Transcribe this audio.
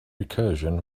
recursion